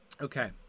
okay